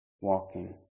walking